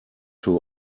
too